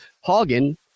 Hagen